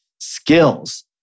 skills